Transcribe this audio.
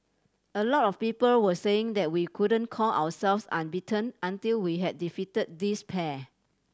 a lot of people were saying that we couldn't call ourselves unbeaten until we had defeat this pair